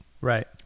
Right